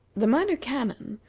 the minor canon,